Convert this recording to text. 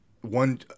One